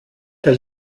der